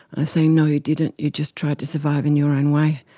i said, no you didn't, you just tried to survive in your own way.